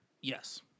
Yes